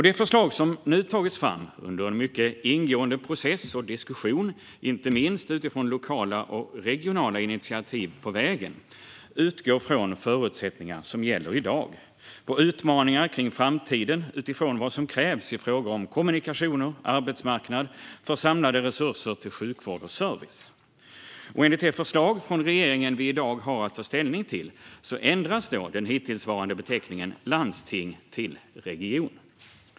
Det förslag som nu tagits fram under en mycket ingående process och diskussion, inte minst utifrån lokala och regionala initiativ på vägen, utgår från förutsättningar som gäller i dag och utmaningar kring framtiden utifrån vad som krävs i fråga om kommunikationer, arbetsmarknad och samlade resurser till sjukvård och service. Enligt det förslag från regeringen som vi i dag har att ta ställning till ändras den hittillsvarande beteckningen landsting till region.